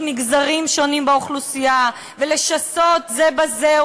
מגזרים שונים באוכלוסייה ולשסות אותם זה בזה,